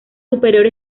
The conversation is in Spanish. superior